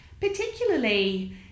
particularly